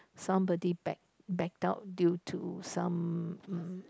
somebody back backed out due to some